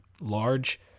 large